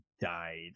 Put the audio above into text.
died